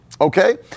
okay